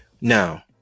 Now